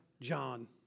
John